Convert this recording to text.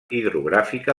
hidrogràfica